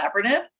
collaborative